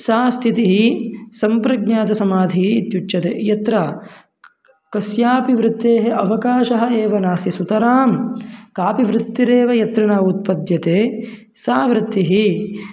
सा स्तितिः सम्प्रज्ञातसमाधिः इत्युच्यते यत्र कस्यापि वृत्तेः अवकाशः एव नास्ति सुतरां कापि वृत्तिरेव यत्र न उत्पद्यते सा वृत्तिः